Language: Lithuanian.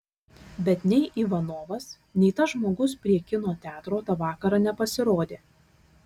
bet nei ivanovas nei tas žmogus prie kino teatro tą vakarą nepasirodė